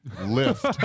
lift